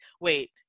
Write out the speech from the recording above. wait